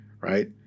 right